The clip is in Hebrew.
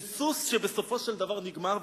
זה סוס שבסופו של דבר נגמר.